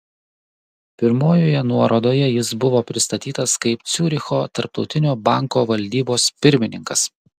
pirmojoje nuorodoje jis buvo pristatytas kaip ciuricho tarptautinio banko valdybos pirmininkas